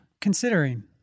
Considering